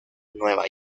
nueva